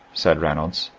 said reynolds.